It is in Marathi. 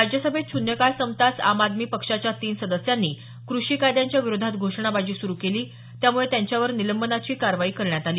राज्यसभेत शून्यकाळ संपताच आम आदमी पक्षाच्या तीन सदस्यांनी कृषी कायद्यांच्या विरोधात घोषणाबाजी सुरू केली त्यामुळे त्यांच्यावर निलंबनाची कारवाई करण्यात आली